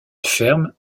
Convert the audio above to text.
ferme